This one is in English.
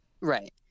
Right